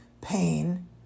pain